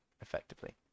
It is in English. effectively